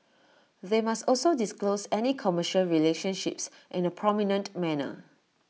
they must also disclose any commercial relationships in A prominent manner